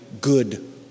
good